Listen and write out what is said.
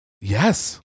Yes